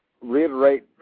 reiterate